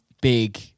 big